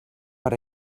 per